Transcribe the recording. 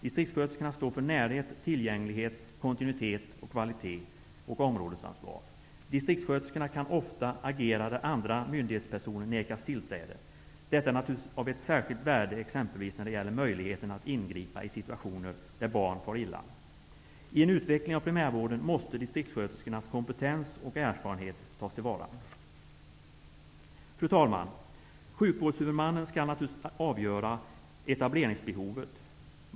Distriktssköterskan står för närhet, tillgänglighet, kontinutet, kvalitet och områdesansvar. Distriktsköterskan kan ofta agera där andra myndighetspersoner nekas tillträde. Detta är naturligtvis av ett särskilt värde exempelvis när det gäller möjligheten att ingripa i situationer där barn far illa. I arbete med att utveckla primärvården måste distriktssköterskornas kompetens och erfarenhet tas till vara. Fru talman! Sjukvårdshuvudmannen skall naturligtvis avgöra etableringsbehovet.